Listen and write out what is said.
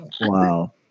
Wow